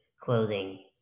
clothing